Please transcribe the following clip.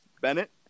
Bennett